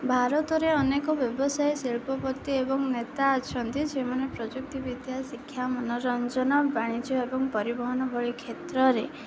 ଭାରତରେ ଅନେକ ବ୍ୟବସାୟୀ ଶିଳ୍ପପତି ଏବଂ ନେତା ଅଛନ୍ତି ଯେଉଁମାନେ ପ୍ରଯୁକ୍ତିବିିଦ୍ୟା ଶିକ୍ଷା ମନୋରଞ୍ଜନ ବାଣିଜ୍ୟ ଏବଂ ପରିବହନ ଭଳି କ୍ଷେତ୍ରରେ